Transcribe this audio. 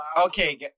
Okay